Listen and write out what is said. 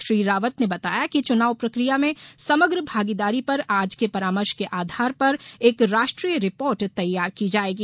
श्री रावत ने बताया कि चुनाव प्रक्रिया में समग्र भागीदारी पर आज के परामर्श के आधार पर एक राष्ट्रीय रिपोर्ट तैयार की जायेगी